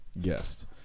guest